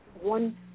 one